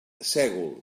sègol